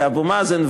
לאבו מאזן,